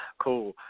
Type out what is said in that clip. Cool